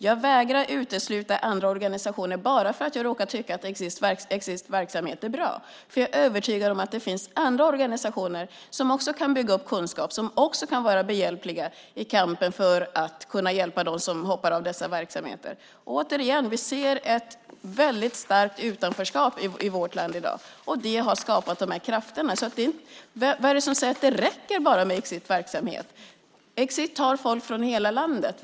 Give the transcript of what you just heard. Jag vägrar utesluta andra organisationer bara för att jag råkar tycka att Exits verksamhet är bra, för jag är övertygad om att också andra organisationer kan bygga upp kunskap och bidra i kampen för att hjälpa dem som hoppar av rasistiska verksamheter. Vi ser ett väldigt starkt utanförskap i vårt land i dag. Det har skapat dessa krafter. Vad är det som säger att det räcker med bara Exit? Exit tar emot folk från hela landet.